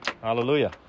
Hallelujah